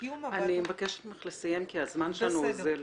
--- אני מבקשת ממך לסיים, כי הזמן שלנו אוזל.